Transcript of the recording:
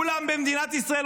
כולם במדינת ישראל,